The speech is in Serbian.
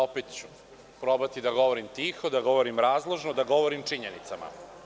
Opet ću probati da govorim tiho, da govorim razložno, da govorim činjenicama.